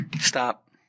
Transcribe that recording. Stop